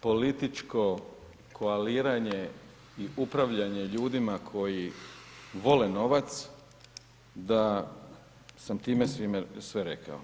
političko koaliranje i upravljanje ljudima koji vole novac da sam time sve rekao.